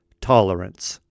tolerance